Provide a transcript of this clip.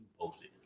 posted